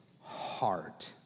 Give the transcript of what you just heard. heart